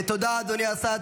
תודה, אדוני השר.